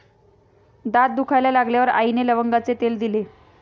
दात दुखायला लागल्यावर आईने लवंगाचे तेल दिले